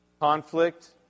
Conflict